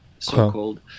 So-called